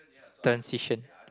transition